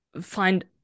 find